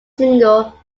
single